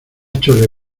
chole